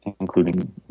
including